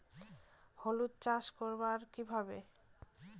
হলুদ চাষ করব কিভাবে?